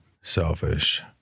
selfish